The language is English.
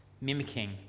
mimicking